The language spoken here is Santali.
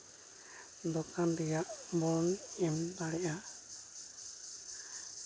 ᱫᱳᱠᱟᱱ ᱨᱮᱭᱟᱜ ᱵᱚᱱ ᱮᱢ ᱫᱟᱲᱮᱭᱟᱜᱼᱟ